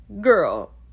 Girl